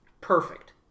perfect